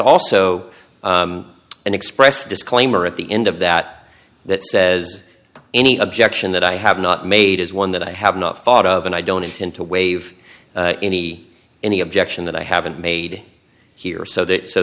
also an express disclaimer at the end of that that says any objection that i have not made is one that i have not thought of and i don't intend to waive any any objection that i haven't made here so that so